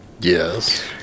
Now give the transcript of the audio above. Yes